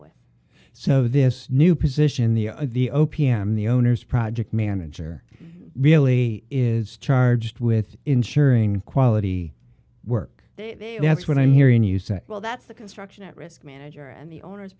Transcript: with so this new position the the o p m the owner's project manager really is charged with ensuring quality work that's what i'm hearing you say well that's the construction at risk manager and the owners